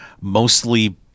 mostly